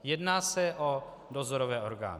Jedná se o dozorové orgány.